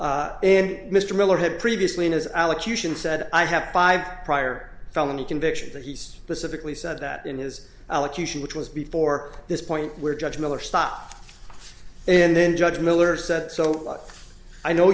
and mr miller had previously in his allocution said i have five prior felony conviction that he's pacifically said that in his elocution which was before this point where judge miller stopped and then judge miller said so i know